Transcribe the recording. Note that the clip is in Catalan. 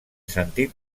sentit